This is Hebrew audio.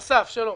אסף, שלום.